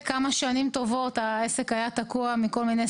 כמו שהזכירה